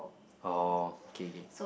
oh okay okay